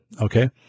Okay